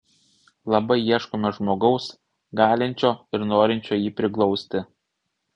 labai ieškome žmogaus galinčio ir norinčio jį priglausti